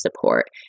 support